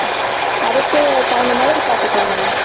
ம் அதுக்கு தகுந்த மாதிரி பார்த்துக்கலாங்க மேம்